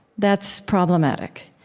that's problematic.